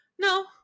No